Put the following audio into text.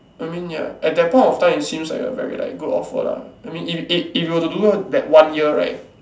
I mean ya at that point of time it seems like a very like good offer lah I mean if if if you were to do well that one year right